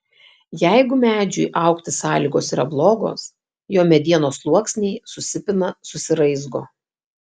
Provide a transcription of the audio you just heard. jeigu medžiui augti sąlygos yra blogos jo medienos sluoksniai susipina susiraizgo